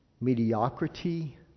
mediocrity